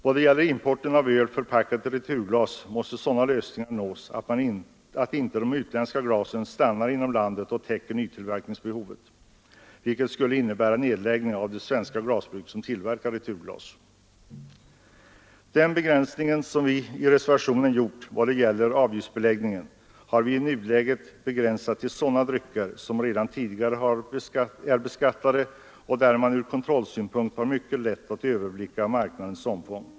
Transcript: Vad gäller importen av öl, förpackat i returglas, måste sådana lösningar nås att inte de utländska glasen stannar inom landet och täcker nytillverkningsbehovet, vilket skulle innebära nedläggning av de svenska glasbruk som tillverkar returglas. Den begränsning som vi i reservationen gjort vad gäller avgiftsbeläggningen har vi i nuläget begränsat till sådana drycker som redan tidigare är beskattade och där man ur kontrollsynpunkt har mycket lätt att överblicka marknadens omfång.